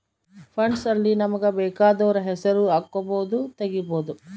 funds ಅಲ್ಲಿ ನಮಗ ಬೆಕಾದೊರ್ ಹೆಸರು ಹಕ್ಬೊದು ತೆಗಿಬೊದು